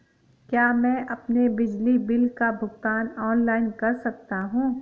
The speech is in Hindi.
क्या मैं अपने बिजली बिल का भुगतान ऑनलाइन कर सकता हूँ?